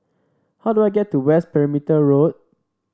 how do I get to West Perimeter Road